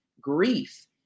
Grief